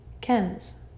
Ken's